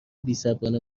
بیصبرانه